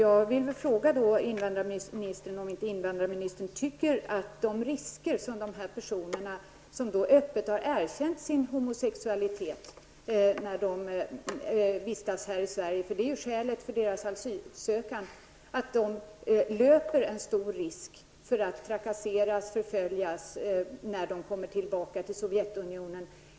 Jag vill fråga invandrarministern om hon inte tror att de asylsökande som öppet erkänt sin homosexualitet och som anför denna som skäl för sin ansökan löper en stor risk att trakasseras och förföljas när de kommer tillbaka till Sovjetunionen.